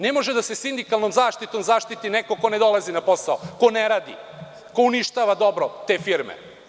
Ne može da se sindikalnom zaštitom zaštiti neko ko ne dolazi na posao, ko ne radi, ko uništava dobro te firme.